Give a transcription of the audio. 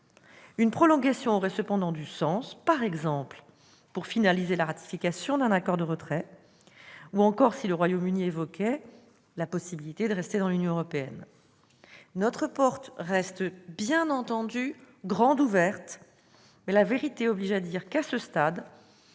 Un report aurait cependant du sens par exemple pour finaliser la ratification d'un accord de retrait, ou encore si le Royaume-Uni évoquait la possibilité de rester dans l'Union européenne. Notre porte reste bien entendu grande ouverte, mais la vérité oblige à dire qu'à ce stade